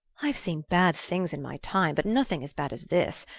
i've seen bad things in my time but nothing as bad as this.